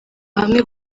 hamwe